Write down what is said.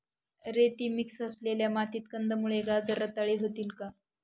रेती मिक्स असलेल्या मातीत कंदमुळे, गाजर रताळी होतील का?